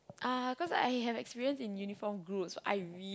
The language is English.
uh cause I have experience in uniform group so I real